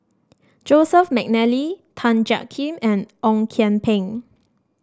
Joseph McNally Tan Jiak Kim and Ong Kian Peng